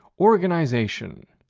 organization,